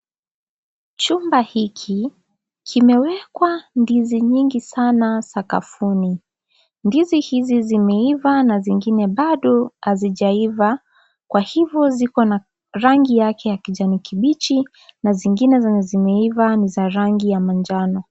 Chumba hiki kimewekwa ndiz nyingi sana sakafuni. Ndizi hizi zimeiva na zingine bado hazijaiva, kwa hivyo ziko na rangi yake ya kijani kibichi na zingine zenye zimeva ni za rangi ya manjano.